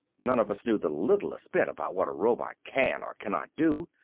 none of us knew the littlest bit about what a robot can or cannot do.